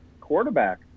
quarterback